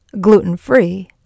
gluten-free